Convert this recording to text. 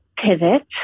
pivot